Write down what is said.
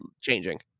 changing